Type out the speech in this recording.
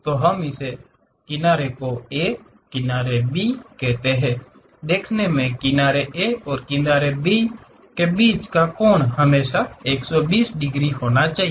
तो हमें उसे किनारे A किनारे B कहते हैं देखने में किनारे A और किनारे B के बीच का कोण हमेशा 120 डिग्री होना चाहिए